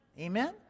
Amen